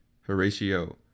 Horatio